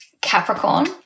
Capricorn